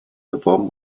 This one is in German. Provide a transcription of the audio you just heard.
beworben